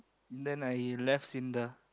then I left Syndra